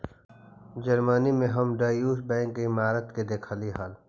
Germany में हम Deutsche Bank के इमारत के देखलीअई हल